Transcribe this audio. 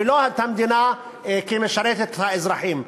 ולא את המדינה כמשרתת את האזרחים.